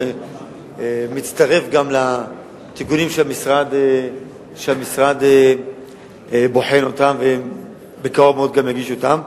וזה מצטרף גם לתיקונים שהמשרד בוחן אותם ובקרוב מאוד גם יגיש אותם.